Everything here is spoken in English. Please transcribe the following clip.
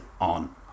on